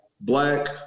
black